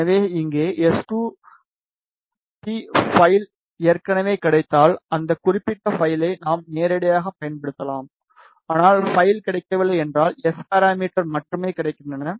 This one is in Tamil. எனவே இங்கே எஸ்2பி பைல் ஏற்கனவே கிடைத்தால் அந்த குறிப்பிட்ட பைலை நாம் நேரடியாகப் பயன்படுத்தலாம் ஆனால் பைல் கிடைக்கவில்லை என்றால் எஸ் பாராமீட்டர் மட்டுமே கிடைக்கின்றன